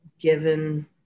given